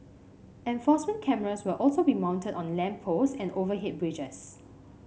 enforcement cameras will also be mounted on lamp post and overhead bridges